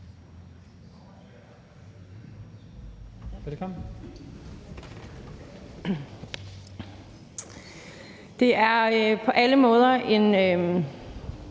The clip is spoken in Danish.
Det er på alle måder en